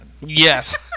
Yes